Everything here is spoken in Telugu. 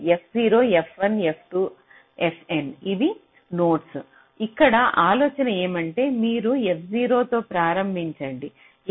f0 f1 f2 fn ఇవి నోడ్స్ ఇక్కడ ఆలోచన ఏమంటే మీరు f0 తో ప్రారంభించండి f1 f2